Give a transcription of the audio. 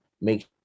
make